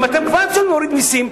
אם אתם כבר רוצים להוריד מסים,